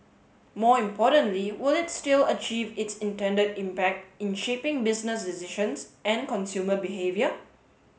more importantly will it still achieve its intended impact in shaping business decisions and consumer behaviour